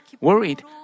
worried